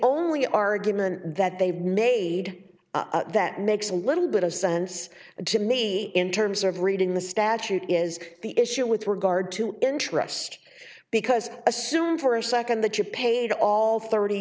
only argument that they've made that makes a little bit of sense to me in terms of reading the statute is the issue with regard to interest because assume for a second that you paid all thirty